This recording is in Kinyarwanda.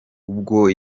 ubwo